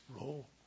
roll